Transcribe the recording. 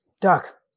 doc